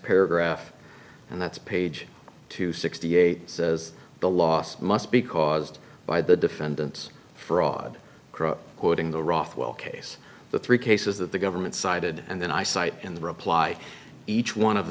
paragraph and that's page two sixty eight says the last must be caused by the defendant's fraud quoting the rough well case the three cases that the government cited and then i cite in the reply each one of